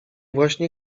właśnie